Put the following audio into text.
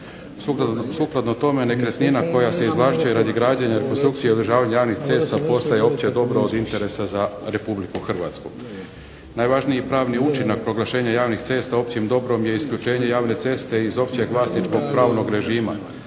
sukladno tome nekretnina koja se izvlašćuje radi građenja konstrukcije održavanja javnih cesta postaje opće dobro od interesa za Republiku Hrvatsku. Najvažniji pravni učinak proglašenja javnih cesta općim dobrom je isključenje javne ceste iz općeg vlasničkog pravnog režima